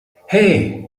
hey